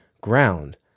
ground